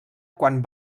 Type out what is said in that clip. quan